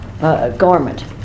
garment